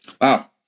Wow